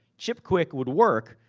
chipquik would work,